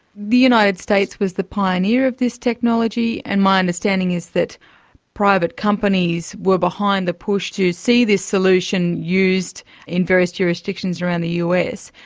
the united states was the pioneer of this technology, and my understanding is that private companies were behind the push to see this solution used in various jurisdictions around the us.